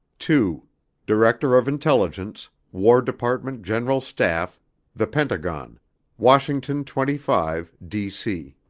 to director of intelligence war department general staff the pentagon washington twenty five, d c.